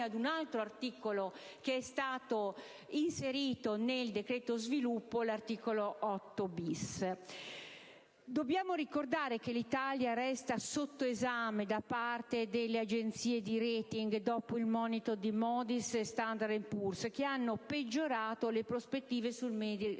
ad un altro articolo che è stato inserito nel decreto sviluppo (l'articolo 8-*bis*). Dobbiamo ricordare che l'Italia resta sotto esame da parte delle agenzie di *rating*, dopo il monito di Moody's e di Standard and Poor's, che hanno peggiorato le prospettive sul merito